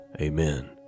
amen